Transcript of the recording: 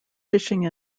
fishing